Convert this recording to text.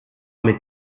mit